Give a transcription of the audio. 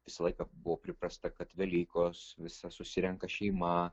visą laiką buvo priprasta kad velykos visa susirenka šeima